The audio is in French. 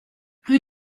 rue